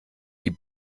die